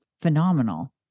phenomenal